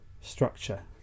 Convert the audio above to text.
structure